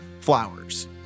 flowers